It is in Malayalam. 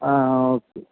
അ ഓക്കെ